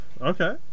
Okay